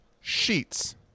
Sheets